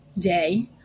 day